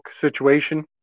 situation